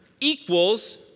equals